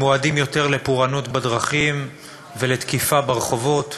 והם מועדים יותר לפורענות בדרכים ולתקיפה ברחובות,